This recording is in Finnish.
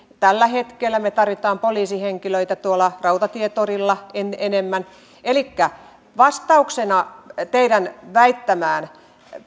tällä hetkellä me tarvitsemme poliisihenkilöitä tuolla rautatientorilla enemmän elikkä vastauksena teidän väittämäänne